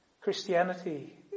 Christianity